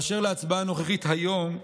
באשר להצבעה הנוכחית היום,